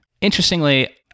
Interestingly